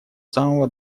самого